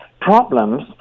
problems